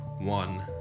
One